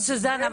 אבל סוזן,